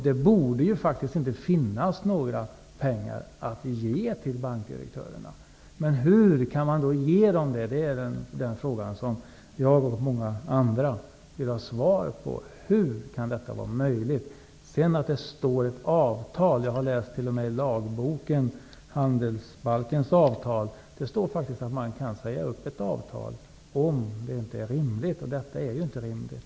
Det borde inte finnas några pengar att ge till bankdirektörerna. Hur kan man då ge dem pengar? Det är den fråga som jag och många andra vill ha svar på. Hur kan detta vara möjligt? Jag har t.o.m. läst i lagboken -- handelsbalken -- att man kan säga upp ett avtal om det inte är rimligt. Dessa avtal är inte rimliga.